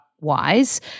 wise